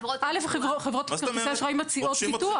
א', חברות כרטיסי האשראי מציעות ביטוח.